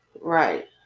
Right